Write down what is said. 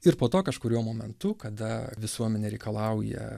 ir po to kažkuriuo momentu kada visuomenė reikalauja